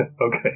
Okay